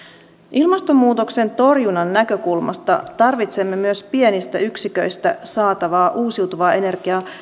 ilmastonmuutoksen torjunnan näkökulmasta tarvitsemme myös pienistä yksiköistä saatavaa uusiutuvaa energiaa